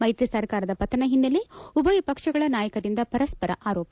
ಮೈತ್ರಿ ಸರ್ಕಾರ ಪತನ ಹಿನ್ನೆಲೆ ಉಭಯ ಪಕ್ಷಗಳ ನಾಯಕರಿಂದ ಪರಸ್ಪರ ಆರೋಪ